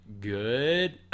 good